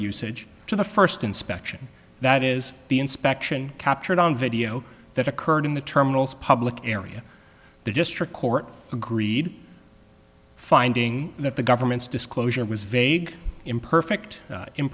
usage to the first inspection that is the inspection captured on video that occurred in the terminals public area the district court agreed finding that the government's disclosure was vague imperfect